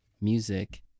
music